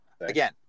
Again